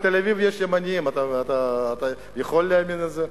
בתל-אביב יש ימנים, אתה יכול להאמין לזה?